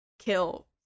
kill